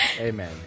Amen